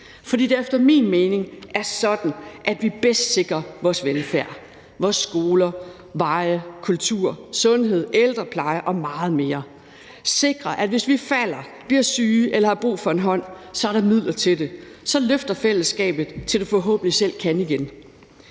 For det er efter min mening sådan, vi bedst sikrer vores velfærd, vores skoler, veje, kultur, sundhed, ældrepleje og meget mere. Vi skal sikre, at hvis man falder, bliver syg eller har brug for en hånd, så er der midler til det; så løfter fællesskabet, til man forhåbentlig selv kan igen.